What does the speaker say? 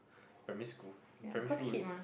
primary school primary school